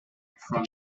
from